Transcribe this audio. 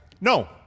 No